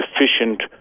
efficient